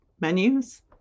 menus